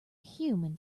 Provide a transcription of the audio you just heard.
human